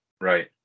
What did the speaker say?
right